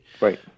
Right